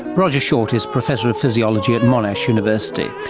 roger short is professor of physiology at monash university.